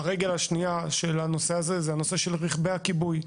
הרגל השנייה של הנושא הזה רכבי הכיבוי.